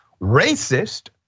racist